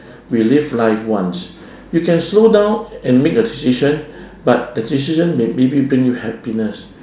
we live life once you can slow down and make a decision but the decision may maybe bring you happiness